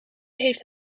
heeft